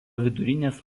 vidurinės